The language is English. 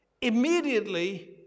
Immediately